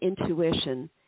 intuition